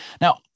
Now